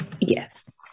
yes